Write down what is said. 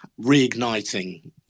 reigniting